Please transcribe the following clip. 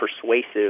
persuasive